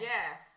Yes